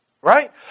right